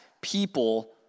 people